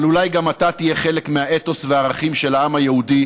אבל אולי גם אתה תהיה חלק מהאתוס והערכים של העם היהודי,